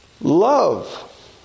Love